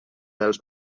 dels